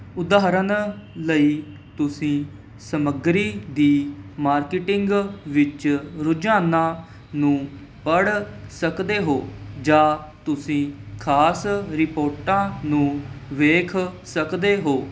ਉਦਾਹਰਨ ਲਈ ਤੁਸੀਂ ਸਮੱਗਰੀ ਦੀ ਮਾਰਕੀਟਿੰਗ ਵਿੱਚ ਰੁਝਾਨਾਂ ਨੂੰ ਪੜ੍ਹ ਸਕਦੇ ਹੋ ਜਾਂ ਤੁਸੀਂ ਖਾਸ ਰਿਪੋਰਟਾਂ ਨੂੰ ਵੇਖ ਸਕਦੇ ਹੋ